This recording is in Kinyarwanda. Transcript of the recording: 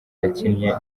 yakinnye